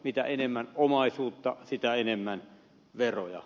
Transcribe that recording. mitä enemmän omaisuutta sitä enemmän veroja